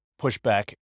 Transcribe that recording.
pushback